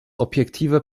objektiver